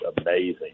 amazing